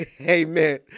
Amen